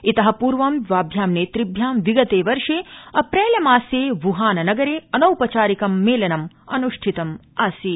त्रि पूर्वम द्राभ्यां नेतृभ्यां विगते वर्षे अप्रैल मासे वुहान नगरे अनौपचारिक मेलनम अनुष्ठितमासीत